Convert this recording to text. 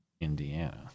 Indiana